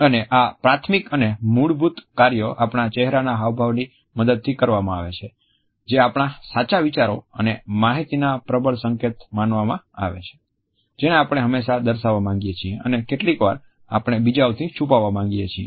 અને આ પ્રાથમિક અને મૂળભૂત કાર્ય આપણા ચહેરાના હાવભાવની મદદથી કરવામાં આવે છે જે આપણા સાચા વિચારો અને માહિતીના પ્રબળ સંકેત માનવામાં આવે છે જેને આપણે હંમેશાં દર્શાવા માંગીએ છીએ અને કેટલીકવાર આપણે બીજાઓથી છુપાવવા માંગીએ છીએ